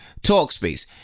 Talkspace